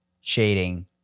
shading